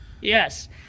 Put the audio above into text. Yes